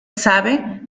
sabe